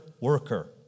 worker